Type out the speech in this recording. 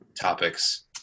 topics